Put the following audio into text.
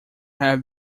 have